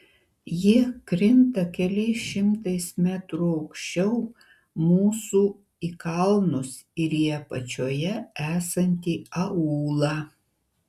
jie krinta keliais šimtais metrų aukščiau mūsų į kalnus ir į apačioje esantį aūlą